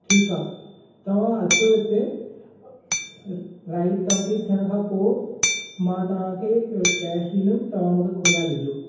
ठीकु आहे तव्हां अचो इते राइड कंप्लीट थियण खां पोइ मां तव्हांखे कैश ॾिंदुमि तव्हां मूंखे खुला ॾिजो